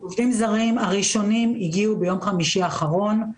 הראשונים הגיעו ביום חמישי האחרון,